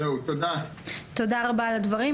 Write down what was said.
תודה רבה על הדברים.